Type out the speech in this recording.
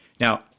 Now